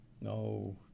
no